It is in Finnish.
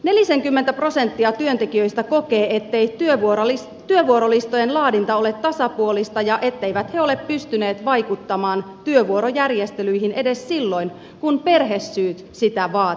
nelisenkymmentä prosenttia työntekijöistä kokee ettei työvuorolistojen laadinta ole tasapuolista ja etteivät he ole pystyneet vaikuttamaan työvuorojärjestelyihin edes silloin kun perhesyyt sitä vaatisivat